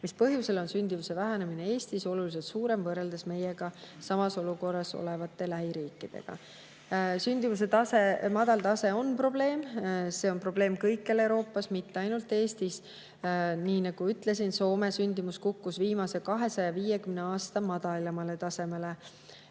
Mis põhjusel on sündivuse vähenemine Eestis oluliselt suurem võrreldes meiega samas olukorras olevate lähiriikidega?" Sündimuse madal tase on probleem. See on probleem kõikjal Euroopas, mitte ainult Eestis. Nii nagu ma ütlesin, kukkus Soome sündimus viimase 250 aasta madalaimale tasemele.